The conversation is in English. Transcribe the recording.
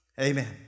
Amen